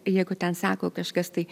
jeigu ten sako kažkas tai